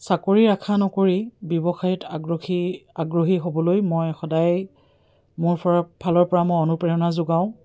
চাকৰিৰ আশা নকৰি ব্যৱসায়ত আগ্ৰহী আগ্ৰহী হ'বলৈ মই সদায় মোৰ ফালৰপৰা মই অনুপ্ৰেৰণা যোগাওঁ